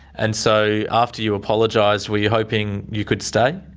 and so after you apologised were you hoping you could stay?